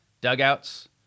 dugouts